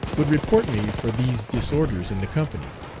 would report me for these disorders in the company.